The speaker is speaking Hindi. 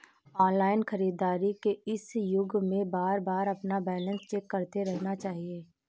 ऑनलाइन खरीदारी के इस युग में बारबार अपना बैलेंस चेक करते रहना चाहिए